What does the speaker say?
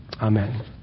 amen